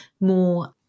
more